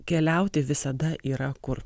keliauti visada yra kur